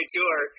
Tour